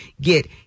get